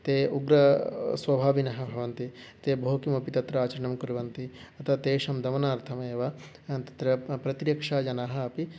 ते उग्र स्वभाविनः भवन्ति ते बहु किमपि तत्र आचरणं कुर्वन्ति अतः तेषां दमनार्थमेव तत्र प्र प्रतिरक्षाजनाः अपि